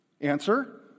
Answer